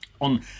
on